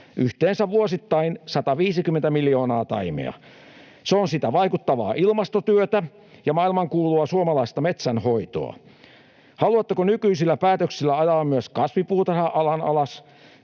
yhteensä vuosittain 150 miljoonaa taimea. Se on sitä vaikuttavaa ilmastotyötä ja maailmankuulua suomalaista metsänhoitoa. Haluatteko nykyisillä päätöksillä ajaa myös kasvipuutarha-alan alas?